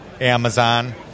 Amazon